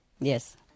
Yes